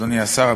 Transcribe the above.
אדוני השר,